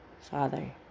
Father